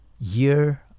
year